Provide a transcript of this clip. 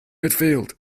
midfield